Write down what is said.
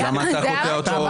אז למה אתה קוטע אותו כאילו לא?